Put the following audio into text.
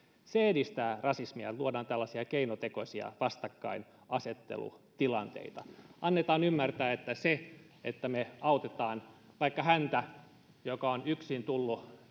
se edistää rasismia että luodaan tällaisia keinotekoisia vastakkainasettelutilanteita annetaan ymmärtää että se että me yritämme auttaa vaikka häntä joka on yksin tullut